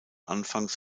anfangs